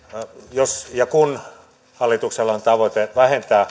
jos ja kun hallituksella on tavoite vähentää